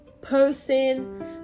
person